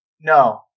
No